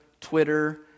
Twitter